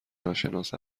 ناشناس